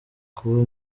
kuba